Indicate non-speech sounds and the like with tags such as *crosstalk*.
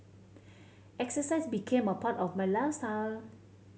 *noise* exercise became a part of my lifestyle